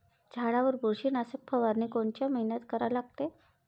झाडावर बुरशीनाशक फवारनी कोनच्या मइन्यात करा लागते?